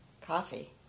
Coffee